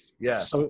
yes